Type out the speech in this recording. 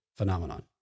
Phenomenon